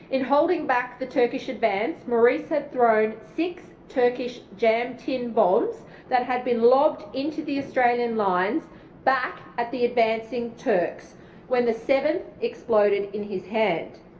in holding back the turkish advance, maurice had thrown six turkish jam tin bombs that had been lobbed into the australian lines back at the advancing turks when the seventh exploded in is hand.